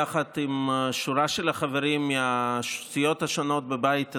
יחד עם שורה של חברים מהסיעות השונות בבית הזה,